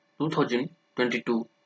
2022